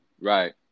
Right